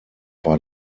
war